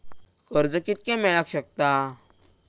कर्ज कितक्या मेलाक शकता?